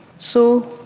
so,